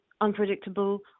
unpredictable